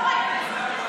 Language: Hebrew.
לא, אתה הזוי,